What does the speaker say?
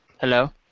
Hello